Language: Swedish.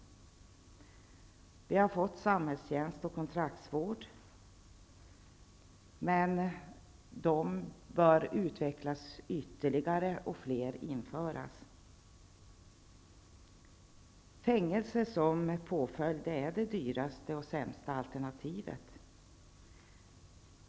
Vi har fått samhällstjänst och kontraktsvård, men dessa vårdformer bör utvecklas ytterligare och fler alternativ införas. Fängelse som påföljd är det dyraste och sämsta alternativet.